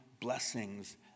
blessings